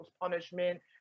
punishment